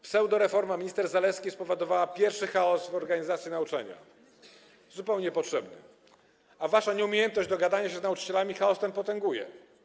Pseudoreforma minister Zalewskiej spowodowała pierwszy chaos w organizacji nauczania, zupełnie niepotrzebny, a wasza nieumiejętność dogadania się z nauczycielami chaos ten potęguje.